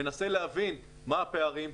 ומנסה להבין מה הפערים.